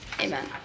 Amen